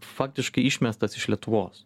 faktiškai išmestas iš lietuvos